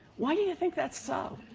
why do you think that's so?